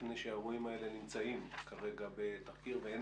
מפני שהאירועים האלה נמצאים כרגע בתחקיר ואין